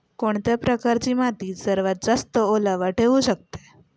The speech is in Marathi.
कोणत्या प्रकारची माती सर्वात जास्त ओलावा ठेवू शकते?